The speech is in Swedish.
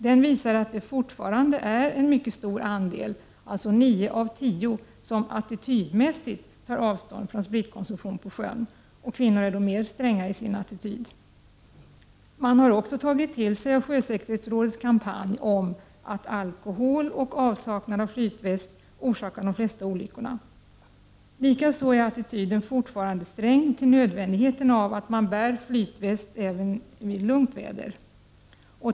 Den visar att det fortfarande är en mycket stor andel, nio av tio, som attitydmässigt tar avstånd från spritkonsumtion på sjön. Kvinnor är mer stränga i sin attityd. Människor har också tagit till sig av sjösäkerhetsrådets kampanj om att alkohol och avsaknad av flytväst orsakar de flesta olyckorna. Likaså är attityden fortfarande sträng till nödvändigheten av att bära flytväst även i lugnt väder.